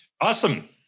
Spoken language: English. awesome